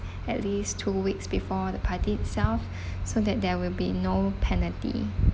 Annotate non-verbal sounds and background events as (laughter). at least two weeks before the party itself (breath) so that there will be no penalty